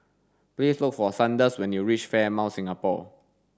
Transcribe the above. please look for Sanders when you reach Fairmont Singapore